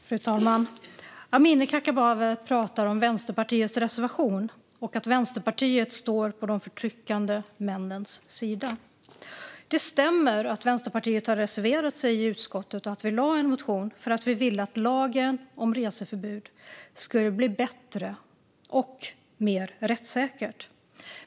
Fru talman! Amineh Kakabaveh pratar om Vänsterpartiets reservation och om att Vänsterpartiet står på de förtryckande männens sida. Det stämmer att Vänsterpartiet har reserverat sig i utskottet och att vi väckte en motion för att vi ville att lagen om reseförbud skulle bli bättre och mer rättssäker.